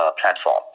platform